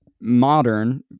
modern